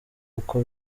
uko